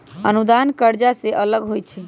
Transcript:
अनुदान कर्जा से अलग होइ छै